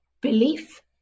belief